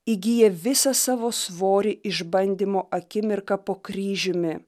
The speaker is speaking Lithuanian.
įgyja visą savo svorį išbandymo akimirką po kryžiumi